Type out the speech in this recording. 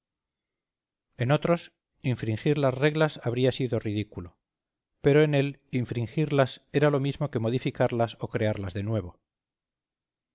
en otros infringir las reglas habría sido ridículo pero en él infringirlas era lo mismo que modificarlas o crearlas de nuevo